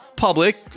public